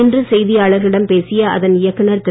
இன்று செய்தியாளர்களிடம் பேசிய அதன் இயக்குநர் திரு